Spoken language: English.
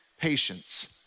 patience